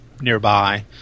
nearby